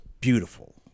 beautiful